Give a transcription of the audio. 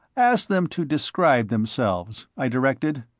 ask them to describe themselves, i directed.